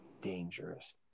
dangerous